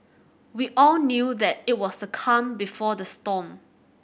we all knew that it was the calm before the storm